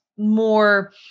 more